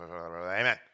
Amen